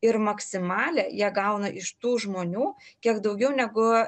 ir maksimalią ją gauna iš tų žmonių kiek daugiau negu